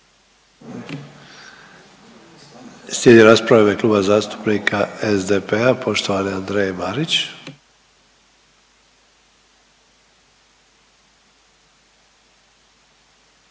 Slijedi rasprava u ime Kluba zastupnika SDP-a, poštovane Andreje Marić.